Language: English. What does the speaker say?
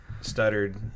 stuttered